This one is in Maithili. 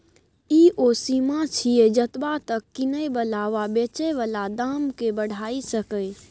ई ओ सीमा छिये जतबा तक किने बला वा बेचे बला दाम केय बढ़ाई सकेए